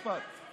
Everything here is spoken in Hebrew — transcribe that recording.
עוד משפט.